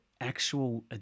actual